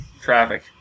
traffic